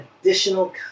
additional